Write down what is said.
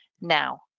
Now